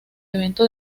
evento